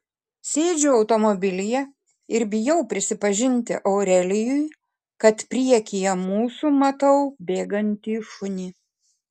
sėdžiu automobilyje ir bijau prisipažinti aurelijui kad priekyje mūsų matau bėgantį šunį